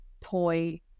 toy